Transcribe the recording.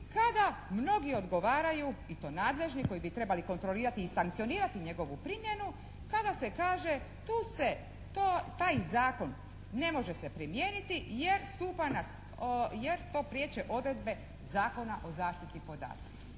kada mnogi odgovaraju i to nadležni koji bi trebali i sankcionirati njegovu primjenu kada se kaže tu se, taj zakon ne može primijeniti jer stupa, jer to priječe odredbe Zakona o zaštiti podataka.